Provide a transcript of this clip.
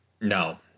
No